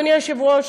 אדוני היושב-ראש,